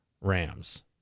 Rams